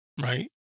right